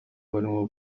barimo